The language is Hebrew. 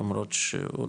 למרות שהוא.